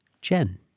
Jen